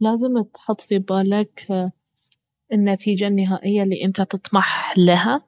لازم تحط في بالك النتيجية النهائية الي انت تطمح لها